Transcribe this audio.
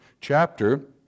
chapter